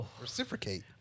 Reciprocate